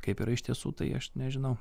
kaip yra iš tiesų tai aš nežinau